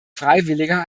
freiwilliger